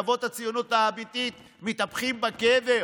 אבות הציונות האמיתית מתהפכים בקבר